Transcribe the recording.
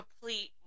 complete